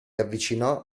avvicinò